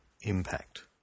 impact